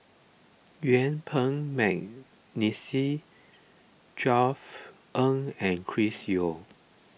Yuen Peng McNeice Josef Ng and Chris Yeo